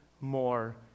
more